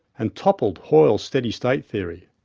and toppled hoyle's steady state theory.